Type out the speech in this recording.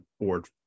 board